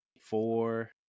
four